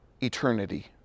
eternity